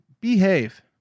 behave